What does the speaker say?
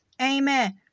amen